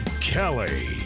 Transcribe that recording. Kelly